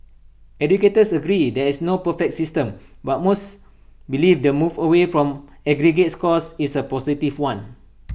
educators agree there is no perfect system but most believe their move away from aggregate scores is A positive one